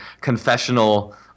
confessional